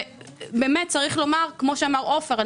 כפי שאמר עופר,